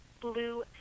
blue